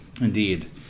Indeed